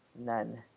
None